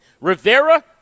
Rivera